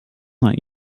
not